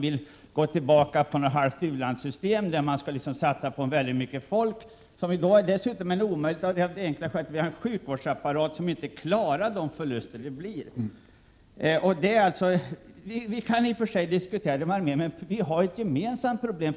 Problemet är att det förekommer en omfattande militär lobbyverksamhet i motsatt riktning. Ett av skälen mot de förslagen om en stor men klent rustad armé är att vår sjukvårdsapparat inte klarar de förluster som skulle uppstå. Vi kan i och för sig diskutera detta, men vi har ett gemensamt problem.